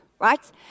right